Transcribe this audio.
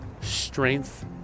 strength